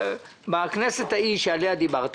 בכנסת ההיא שעליה דיברת,